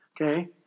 Okay